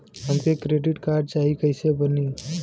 हमके credit card चाही कैसे बनी?